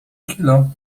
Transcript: kilo